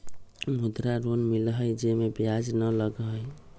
मुद्रा लोन मिलहई जे में ब्याज न लगहई?